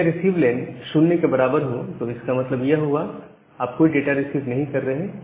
अगर यह रिसीव लेन 0 के बराबर हो तो इसका मतलब यह हुआ आप कोई डाटा रिसीव नहीं कर रहे हैं